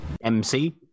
MC